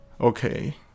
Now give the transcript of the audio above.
Okay